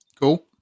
Cool